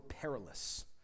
perilous